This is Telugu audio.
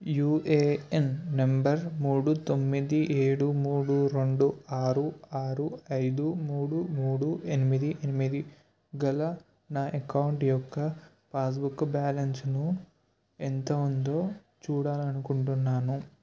యూఏఎన్ నెంబర్ మూడు తొమ్మిది ఏడు మూడు రెండు ఆరు ఆరు ఐదు మూడు మూడు ఎనిమిది ఎనిమిది గల నా ఎకౌంట్ యొక్క పాస్బుక్ బ్యాలెన్స్ను ఎంత ఉందొ చూడాలనుకుంటున్నాను